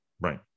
Right